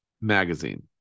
Magazine